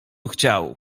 chciał